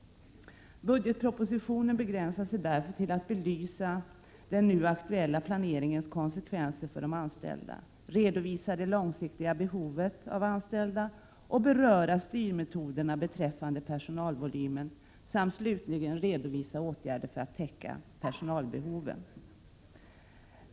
Budgetpropositionen begränsar sig därför till att belysa den nu aktuella planeringens konsekvenser för de anställda, redovisa det långsiktiga behovet av anställda och beröra styrmetoderna beträffande personalvolymen samt slutligen redovisa åtgärder för att täcka pesonalbehoven.